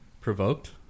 Provoked